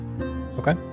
Okay